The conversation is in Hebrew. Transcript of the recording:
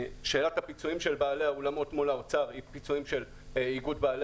שאלת הפיצויים של בעלי האולמות מול האוצר היא פיצויים של איגוד בעלי